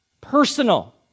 personal